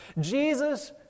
Jesus